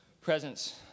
presence